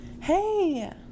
Hey